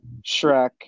Shrek